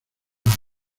mano